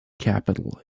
capital